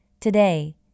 Today